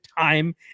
time